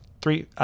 three